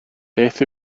beth